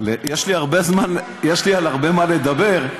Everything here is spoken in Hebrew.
יש לי הרבה על מה לדבר,